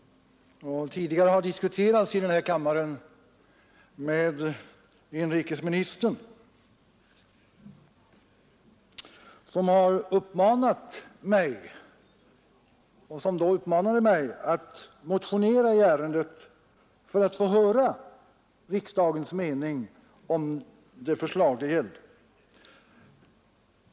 Det har tidigare diskuterats i den här kammaren med inrikesministern, som då uppmanade mig att motionera i ärendet för att få höra riksdagens mening om förslaget.